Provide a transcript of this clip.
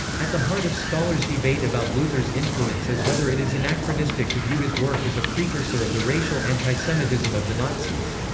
at the heart of scholars' debate about luther's influence is whether it is anachronistic to view his work as a precursor of the racial antisemitism of the nazis.